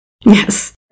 Yes